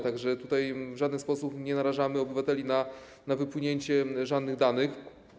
Tak że tutaj w żaden sposób nie narażamy obywateli na wypłynięcie żadnych danych.